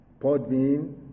Podbean